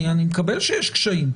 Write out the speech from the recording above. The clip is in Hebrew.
אני מקבל שיש קשיים.